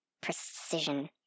precision